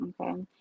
okay